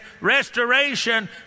restoration